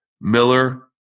Miller